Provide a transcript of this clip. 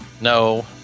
No